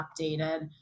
updated